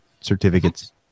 certificates